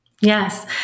Yes